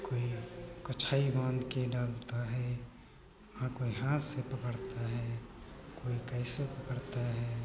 कोई कच्छइ बांध के डालता है हाँ कोई हाथ से पकड़ता है कोई कैसो पकड़ता है